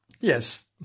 yes